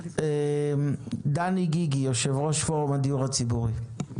דני גיגי, יושב-ראש הדיור הציבורי.